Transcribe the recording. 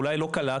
אולי לא קלטתם,